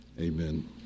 Amen